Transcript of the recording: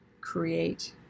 create